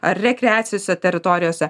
ar rekreacijose teritorijose